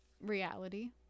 reality